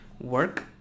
work